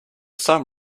some